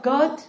God